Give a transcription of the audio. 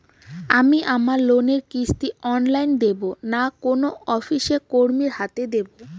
আমি আমার লোনের কিস্তি অনলাইন দেবো না কোনো অফিসের কর্মীর হাতে দেবো?